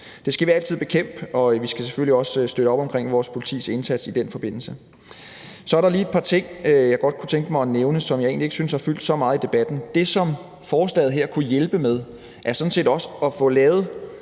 Det skal vi altid bekæmpe, og vi skal selvfølgelig også støtte op om vores politis indsats i den forbindelse. Så er der lige et par ting, jeg godt kunne tænke mig at nævne, og som jeg ikke synes har fyldt så meget i debatten. Det, som forslaget her kunne hjælpe med, er sådan set også at få skruet